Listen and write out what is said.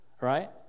right